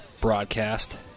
broadcast